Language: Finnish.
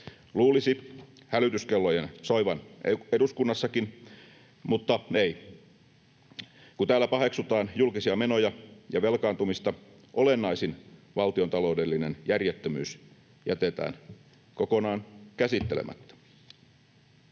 Luulisi hälytyskellojen soivan eduskunnassakin, mutta ei. Kun täällä paheksutaan julkisia menoja ja velkaantumista, olennaisin valtionta-loudellinen järjettömyys jätetään kokonaan käsittelemättä.